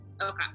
okay